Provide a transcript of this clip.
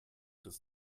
des